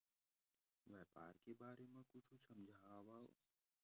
व्यापार के बारे म कुछु समझाव?